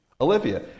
Olivia